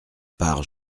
pars